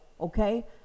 okay